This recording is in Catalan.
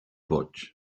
boig